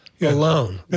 alone